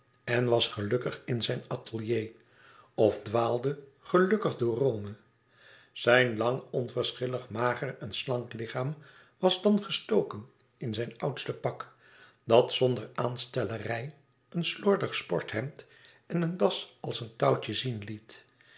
en was gelukkig in zijn atelier of dwaalde gelukkig door rome zijn lang onverschillig mager en slank lichaam was dan gestoken in zijn oudste pak dat zonder aanstellerij een slordig sporthemd en een das als een touwtje zien liet